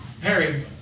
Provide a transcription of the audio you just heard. Harry